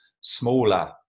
smaller